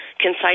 concise